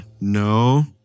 no